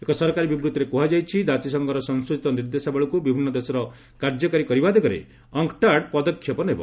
ଏକ ସରକାରୀ ବିବୃଭିରେ କୁହାଯାଇଛି ଜାତିସଂଘର ସଂଶୋଧିତ ନିର୍ଦ୍ଦେଶାବଳୀକୁ ବିଭିନ୍ନ ଦେଶରେ କାର୍ଯ୍ୟକାରୀ କରିବା ଦିଗରେ ଅଙ୍କ୍ଟାଡ୍ ପଦକ୍ଷେପ ନେବ